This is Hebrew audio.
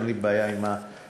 אין לי בעיה עם העניין.